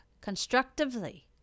constructively